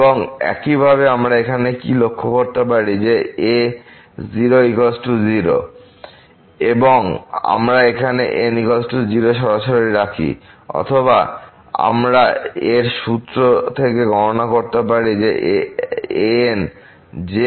এবং একইভাবে আমরা এখানে কি লক্ষ্য করতে পারি যে a'0 0 আমরা এখানে n 0 সরাসরি রাখি অথবা আমরাএ র সূত্র থেকে গণনা করতে পারি a'n যে